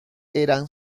eran